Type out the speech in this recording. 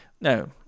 no